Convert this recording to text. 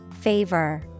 Favor